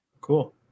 cool